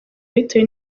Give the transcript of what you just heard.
bitewe